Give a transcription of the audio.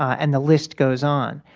and the list goes on.